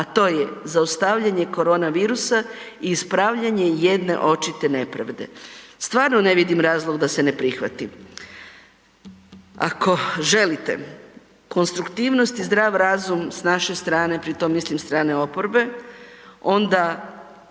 a to je zaustavljanje koronavirusa i ispravljanje jedne očite nepravde. Stvarno ne vidim razlog da se ne prihvati. Ako želite konstruktivnost i zdrav razum s naše strane, pri tom mislim strane oporbe, onda